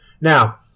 Now